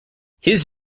his